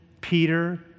Peter